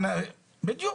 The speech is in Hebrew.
בדיוק,